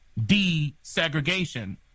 desegregation